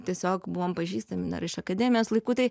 tiesiog buvom pažįstami iš akademijos laikų tai